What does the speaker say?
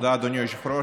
תודה, אדוני היושב-ראש.